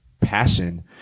passion